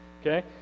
Okay